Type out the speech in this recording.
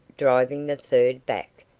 driving the third back,